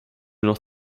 noch